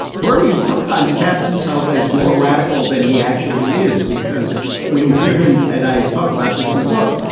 bernie, and sometimes cast himself as more radical than he actually is, because when you hear him and i talk about this in the book,